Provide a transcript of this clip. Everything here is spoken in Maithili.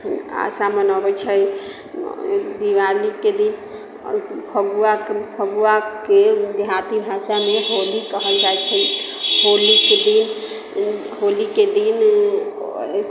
आशा मनाबैत छै दिवालीके दिन फगुआ फगुआके देहाती भाषामे होली कहल जाइत छै होलीके दिन होलीके दिन